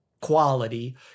quality